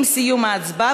עם סיום ההצבעה,